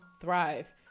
thrive